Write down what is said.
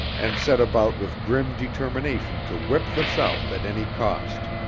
and set about with grim determination to whip the south at any cost.